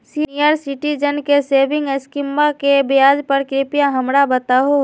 senior citizen के saving स्कीमवा के ब्याज दर कृपया हमरा बताहो